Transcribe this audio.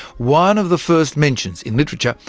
one of the first mentions, in literature,